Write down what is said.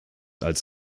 als